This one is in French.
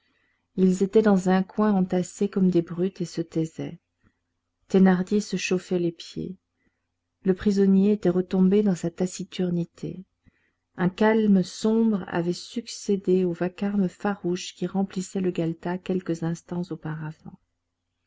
ils étaient dans un coin entassés comme des brutes et se taisaient thénardier se chauffait les pieds le prisonnier était retombé dans sa taciturnité un calme sombre avait succédé au vacarme farouche qui remplissait le galetas quelques instants auparavant